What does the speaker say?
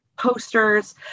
posters